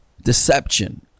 deception